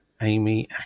Amy